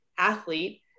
Athlete